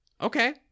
Okay